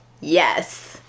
Yes